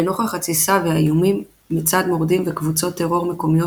לנוכח התסיסה והאיומים מצד מורדים וקבוצות טרור מקומיות,